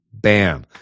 Bam